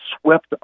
swept